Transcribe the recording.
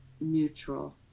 neutral